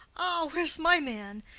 ah, where's my man?